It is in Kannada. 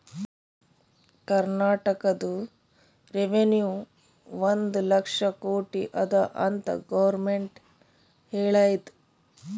ಕರ್ನಾಟಕದು ರೆವೆನ್ಯೂ ಒಂದ್ ಲಕ್ಷ ಕೋಟಿ ಅದ ಅಂತ್ ಗೊರ್ಮೆಂಟ್ ಹೇಳ್ಯಾದ್